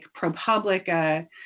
ProPublica